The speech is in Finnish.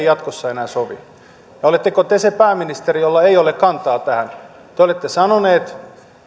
jatkossa enää sovi oletteko te se pääministeri jolla ei ole kantaa tähän te olette sanonut